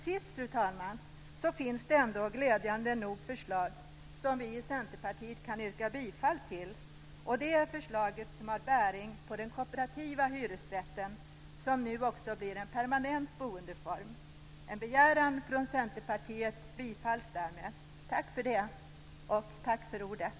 Sist, fru talman, finns det glädjande nog förslag som vi i Centerpartiet kan yrka bifall till, nämligen det förslag som har bäring på den kooperativa hyresrätten, som nu blir en permanent boendeform. En begäran från Centerpartiet kommer därmed att bifallas. Tack för det.